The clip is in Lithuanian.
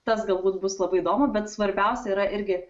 tas galbūt bus labai įdomu bet svarbiausia yra irgi